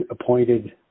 appointed